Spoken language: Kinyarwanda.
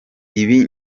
ibi